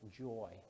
joy